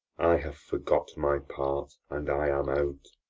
i have forgot my part and i am out,